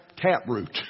taproot